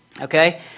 okay